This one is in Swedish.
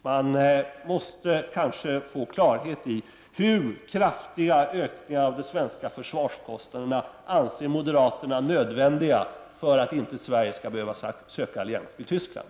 Vi måste få klarhet i hur kraftiga ökningar av de svenska försvarskostnaderna som moderaterna anser nödvändiga, för att inte Sverige skall behöva söka allians med Tyskland.